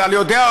אבל אני יודע,